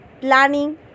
Planning